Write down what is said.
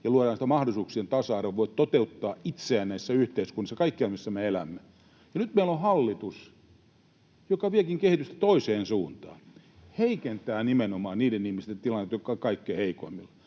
ja luodaan sitä mahdollisuuksien tasa-arvoa, että voi toteuttaa itseään näissä yhteiskunnissa kaikkialla, missä me elämme. Nyt meillä on hallitus, joka viekin kehitystä toiseen suuntaan, heikentää nimenomaan niiden ihmisten tilannetta, jotka ovat kaikkein heikoimmilla.